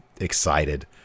excited